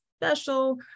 special